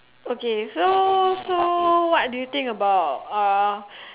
okay so so what do you think about uh